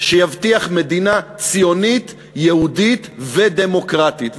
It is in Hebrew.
שיבטיח מדינה ציונית יהודית ודמוקרטית,